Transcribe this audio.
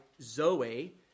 Zoe